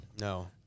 no